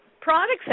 products